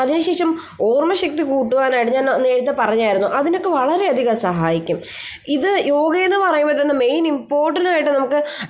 അതിനുശേഷം ഓർമ്മശക്തി കൂട്ടുവാനായിട്ട് ഞാൻ നേരത്തെ പറഞ്ഞായിരുന്നു അതിനൊക്കെ വളരെ അധികം സഹായിക്കും ഇത് യോഗ എന്ന് പറയുമ്പോൾ ഇതെന്ന് മെയിൻ ഇമ്പോർട്ടന്റ് ആയിട്ട് നമുക്ക്